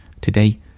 today